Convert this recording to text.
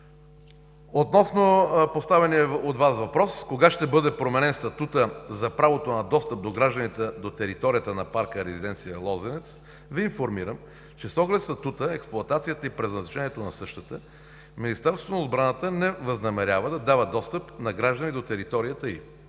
Относно поставения от Вас въпрос: кога ще бъде променен статутът за правото на достъп на гражданите до територията на парка на резиденция „Лозенец“ Ви информирам, че с оглед статута, експлоатацията и предназначението на същата, Министерството на отбраната не възнамерява да дава достъп на граждани до територията й